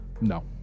No